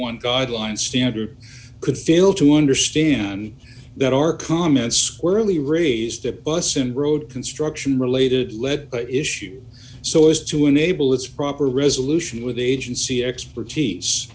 one guideline standard could fail to understand that our comments squarely raised to us in road construction related lead issues so as to enable its proper resolution with agency expert